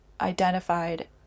identified